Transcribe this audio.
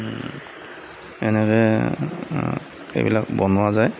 এনেকৈ এইবিলাক বনোৱা যায়